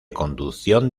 conducción